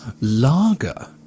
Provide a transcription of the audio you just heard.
lager